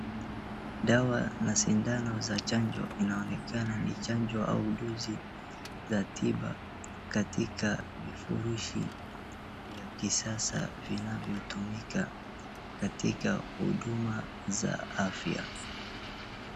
Dawa na sindano za chanjo inaonekana ni chanjo au dozi za tiba katika vifurushi vya kisasa vinavyotumika katika huduma za afya.